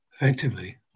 effectively